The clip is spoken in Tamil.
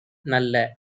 நல்ல